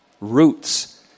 roots